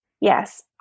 Yes